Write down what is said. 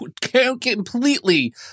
completely